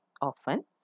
Often